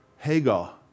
Hagar